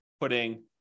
putting